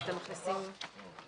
הישיבה ננעלה בשעה 12:35.